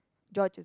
George